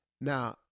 Now